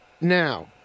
Now